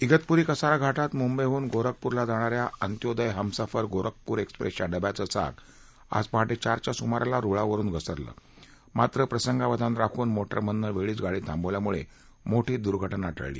ितपुरी कसारा घाटात मुंबईहून गोरखपुरला जाणा या अंत्योदय हमसफर गोरखपूर एक्सप्रेसच्या डब्याचं चाक आज पहाटे चारच्या सुमाराला रुळावरुन घसरलं मात्र प्रसंगावधान राखून मोटरमनने वेळीच गाडी थांबवल्यामुळे मोठी दुर्घटना टळली